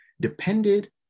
depended